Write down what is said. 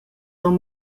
aunc